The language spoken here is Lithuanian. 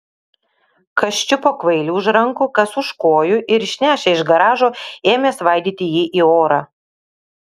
kas čiupo kvailį už rankų kas už kojų ir išnešę iš garažo ėmė svaidyti jį į orą